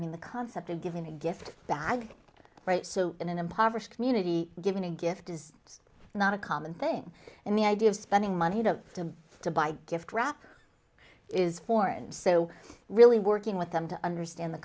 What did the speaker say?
mean the concept of given a gift bag right so in an impoverished community given a gift is not a common thing and the idea of spending money to them to buy gift wrap is foreign so really working with them to understand the